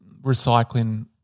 recycling